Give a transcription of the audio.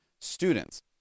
students